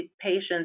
patients